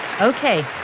Okay